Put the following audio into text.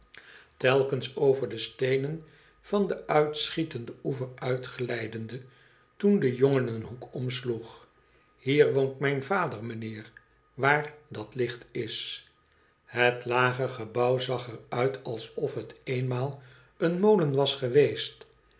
telkens over de steenen van den uitschietenden oever uitglijdende toen de jongen een hoekomsloegi f hier woont mijn vader mijnheer waar dat licht is het lage gebouw zag er uit alsof het eenmaal een molen was geweest